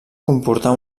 comportar